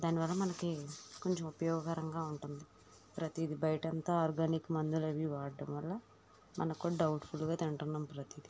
దానివల్ల మనకి కొంచెం ఉపయోగకరంగా ఉంటుంది ప్రతీది బయటంతా ఆర్గానిక్ మందులు అవి వాడ్డం వల్ల మనకికూడా డౌట్ఫుల్గా తింటున్నాం ప్రతీది